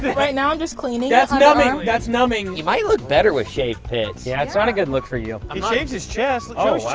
but right now, i'm just cleaning. that's numbing. that's numbing. you might look better with shaved pits. yeah, it's not a good look for you. he um shaves his chest. ah show